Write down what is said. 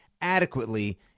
adequately